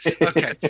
Okay